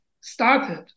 started